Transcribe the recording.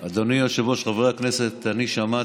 אני מתכבד